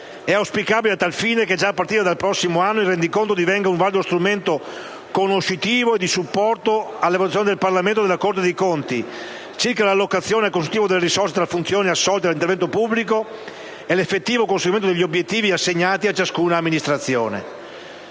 È auspicabile a tal fine che già a partire dal prossimo anno il rendiconto divenga un valido strumento conoscitivo e di supporto alle valutazioni del Parlamento e della Corte dei conti circa l'allocazione a consuntivo delle risorse tra le funzioni assolte dall'intervento pubblico e l'effettivo conseguimento degli obiettivi assegnati a ciascuna amministrazione.